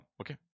Okay